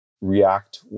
react